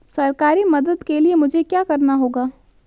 सरकारी मदद के लिए मुझे क्या करना होगा?